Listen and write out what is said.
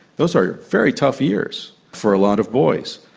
those are very tough years for a lot of boys.